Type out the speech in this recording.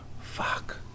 Fuck